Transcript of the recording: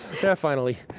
yeah, finally.